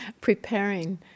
preparing